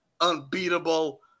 unbeatable